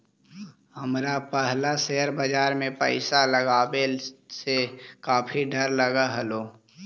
हमरा पहला शेयर बाजार में पैसा लगावे से काफी डर लगअ हलो